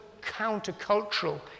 countercultural